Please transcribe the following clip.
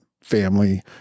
family